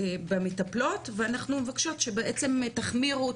במטפלות ואנחנו מבקשות שבעצם תחמירו,